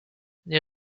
les